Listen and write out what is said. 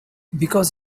because